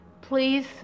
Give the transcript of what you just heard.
Please